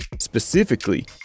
Specifically